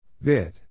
Vid